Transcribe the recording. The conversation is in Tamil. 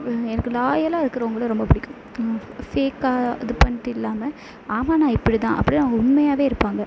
எனக்கு லாயலாக இருக்குறவங்கள ரொம்ப பிடிக்கும் ஃபேக்காக இது பண்ணிவிட்டு இல்லாமல் ஆமாம் நான் இப்படி தான் அப்படின்னு அவங்க உண்மையாகவே இருப்பாங்க